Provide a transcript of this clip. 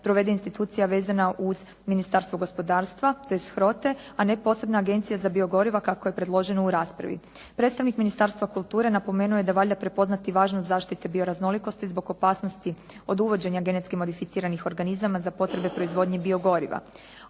provede institucija vezana uz Ministarstvo gospodarstva te iz … /Govornica se ne razumije./ … a ne posebna agencija za biogoriva kako je predloženo u raspravi. Predstavnik Ministarstva kulture napomenuo je da valja prepoznati važnost zaštite bioraznolikosti zbog opasnosti od uvođenja genetski modificiranih organizama za potrebe proizvodnje biogoriva.